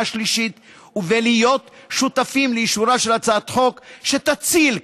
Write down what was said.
השלישית ולהיות שותפים לאישורה של הצעת חוק שתציל,